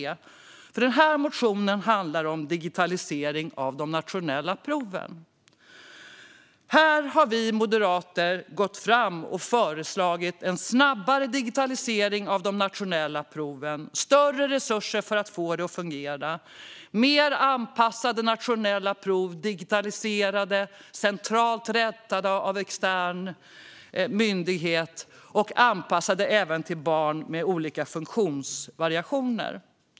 Denna motion handlar om digitalisering av de nationella proven. Här har vi moderater gått fram och föreslagit en snabbare digitalisering av de nationella proven, större resurser för att få det att fungera, mer anpassade nationella prov som är digitaliserade, rättas centralt av extern myndighet och är anpassade även till barn med olika funktionsvariationer.